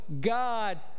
God